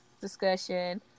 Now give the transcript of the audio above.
discussion